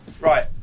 Right